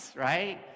right